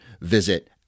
visit